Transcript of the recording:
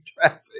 traffic